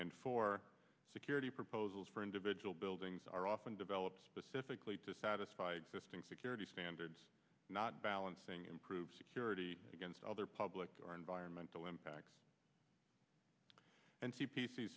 for security proposals for individual buildings are often developed specifically to satisfy existing security standards not balancing improve security against other public or environmental impacts and c p c